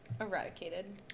Eradicated